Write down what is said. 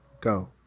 Go